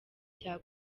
cya